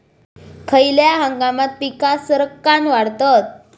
खयल्या हंगामात पीका सरक्कान वाढतत?